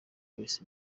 kwesa